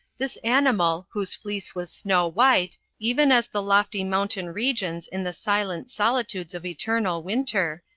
this animal, whose fleece was snow-white, even as the lofty mountain-regions in the silent solitudes of eternal winter,